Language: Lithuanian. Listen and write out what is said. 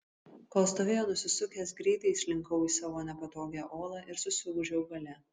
kol stovėjo nusisukęs greitai įslinkau į savo nepatogią olą ir susigūžiau gale